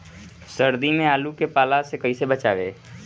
सर्दी में आलू के पाला से कैसे बचावें?